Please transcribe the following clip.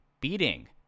beating